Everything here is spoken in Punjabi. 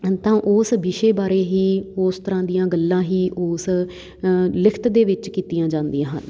ਤਾਂ ਉਸ ਵਿਸ਼ੇ ਬਾਰੇ ਹੀ ਉਸ ਤਰ੍ਹਾਂ ਦੀਆਂ ਗੱਲਾਂ ਹੀ ਉਸ ਲਿਖਤ ਦੇ ਵਿੱਚ ਕੀਤੀਆਂ ਜਾਂਦੀਆਂ ਹਨ